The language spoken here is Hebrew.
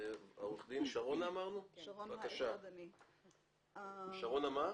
זה הסעיף שאני אומרת שבעיני אם החקיקה נועדה להסיר ספקות בעניין הזה,